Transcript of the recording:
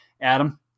Adam